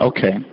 Okay